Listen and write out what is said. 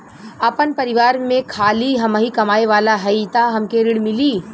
आपन परिवार में खाली हमहीं कमाये वाला हई तह हमके ऋण मिली?